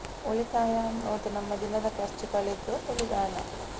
ಉಳಿತಾಯ ಅನ್ನುದು ನಮ್ಮ ದಿನದ ಖರ್ಚು ಕಳೆದು ಉಳಿದ ಹಣ